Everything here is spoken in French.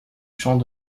champ